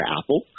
Apple